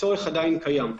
הצורך עדיין קיים,